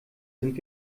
sind